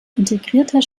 integrierter